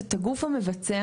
את הגוף המבצע,